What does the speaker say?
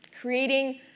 creating